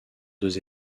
deux